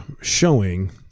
showing